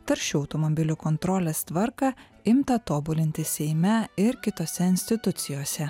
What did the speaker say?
taršių automobilių kontrolės tvarką imta tobulinti seime ir kitose institucijose